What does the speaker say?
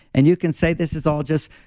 and you can say this is all just